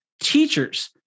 Teachers